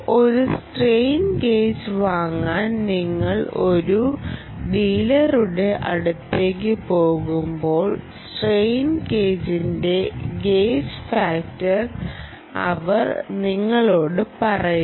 ഒരു strain gauge വാങ്ങാൻ നിങ്ങൾ ഒരു ഡീലറുടെ അടുത്തേക്ക് പോകുമ്പോൾ സ്ട്രെയിൻ ഗേജിന്റെ ഗേജ് ഫാക്ടർ അവർ നിങ്ങളോട് പറയില്ല